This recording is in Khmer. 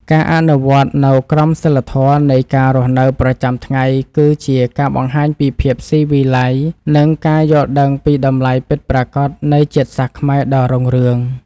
ការអនុវត្តនូវក្រមសីលធម៌នៃការរស់នៅប្រចាំថ្ងៃគឺជាការបង្ហាញពីភាពស៊ីវិល័យនិងការយល់ដឹងពីតម្លៃពិតប្រាកដនៃជាតិសាសន៍ខ្មែរដ៏រុងរឿង។